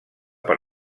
per